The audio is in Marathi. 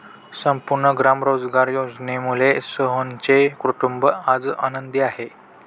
संपूर्ण ग्राम रोजगार योजनेमुळे सोहनचे कुटुंब आज आनंदी आहे